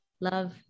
love